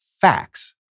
facts